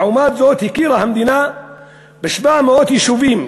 לעומת זאת הכירה המדינה ב-700 יישובים,